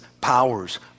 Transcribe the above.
powers